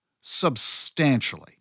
substantially